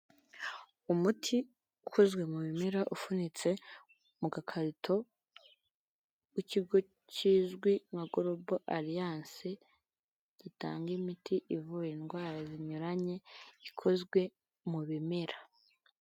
Umuti ukozwe mu bimera ufunitse mu gakarito, w'ikigo kizwi nka Golobo Aliyanse, gitanga imiti ivura indwara zinyuranye, ikozwe mu bimera.